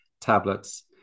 tablets